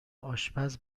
آشپز